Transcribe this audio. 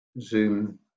zoom